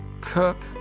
cook